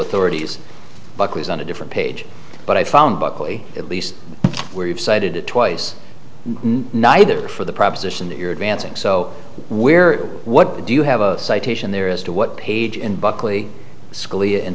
authorities buckley's on a different page but i found buckley at least where you've cited it twice neither for the proposition that you're advancing so where what do you have a citation there as to what page in buckley